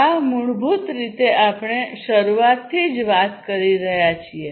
આ મૂળભૂત રીતે આપણે શરૂઆતથી જ વાત કરી રહ્યા છીએ